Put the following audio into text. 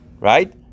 Right